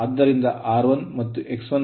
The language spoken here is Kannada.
ಆದ್ದರಿಂದ R1 ಮತ್ತು X1